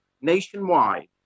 nationwide